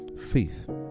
faith